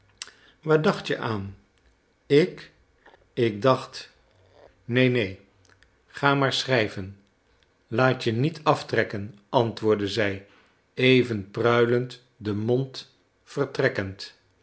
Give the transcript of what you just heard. waar dacht je aan ik ik dacht neen neen ga maar schrijven laat je niet aftrekken antwoordde zij even pruilend den mond vertrekkend